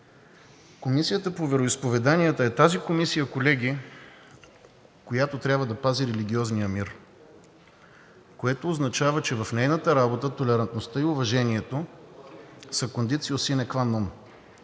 Комисията по вероизповеданията е тази комисия, колеги, която трябва да пази религиозния мир, което означава, че в нейната работа толерантността и уважението са Conditio sine